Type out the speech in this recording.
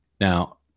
Now